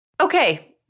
Okay